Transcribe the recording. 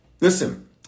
Listen